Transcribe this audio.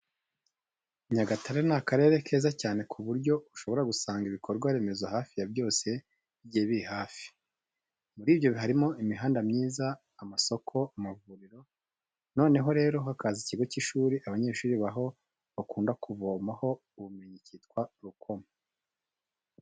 Nyagatare ni akarere keza cyane ku buryo ushobora gusanga ibikorwa remezo hafi ya byose bigiye bihari. Muri byo harimo imihanda myiza, amasoko, amavuriro, noneho rero hakaza ikigo cy'ishuri abanyeshuri baho bakunda kuvomaho ubumenyi cyitwa Rukomo.